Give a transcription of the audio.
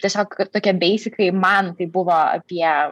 tiesiog tokie beisikai man tai buvo apie